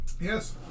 Yes